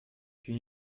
kun